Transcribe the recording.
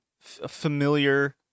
familiar